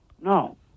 no